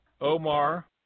Omar